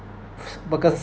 workers